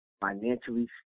financially